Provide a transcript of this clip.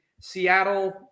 Seattle